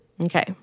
Okay